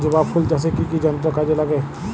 জবা ফুল চাষে কি কি যন্ত্র কাজে লাগে?